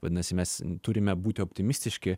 vadinasi mes turime būti optimistiški